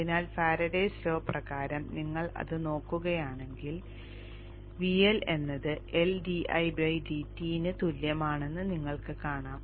അതിനാൽ Faraday's law പ്രകാരം നിങ്ങൾ അത് നോക്കുകയാണെങ്കിൽ VL എന്നത് L ന് തുല്യമാണെന്ന് നിങ്ങൾ കാണും